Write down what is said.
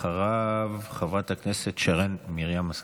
ואחריו, חברת הכנסת שרן מרים השכל.